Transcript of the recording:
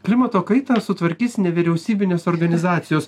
klimato kaitą sutvarkys nevyriausybinės organizacijos